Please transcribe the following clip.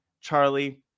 Charlie